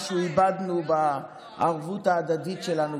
משהו איבדנו בערבות ההדדית שלנו.